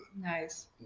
Nice